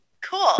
Cool